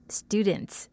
students